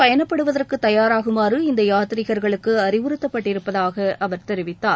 பயணப்படுவதற்கு தயாராகுமாறு இந்த யாத்ரிகர்களுக்கு அறிவுறத்தப்பட்டிருப்பதாக அவர் தெரிவித்தார்